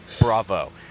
bravo